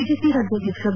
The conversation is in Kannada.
ಬಿಜೆಪಿ ರಾಜ್ಯಾಧ್ಯಕ್ಷ ಬಿ